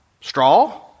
straw